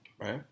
right